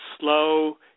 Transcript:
slow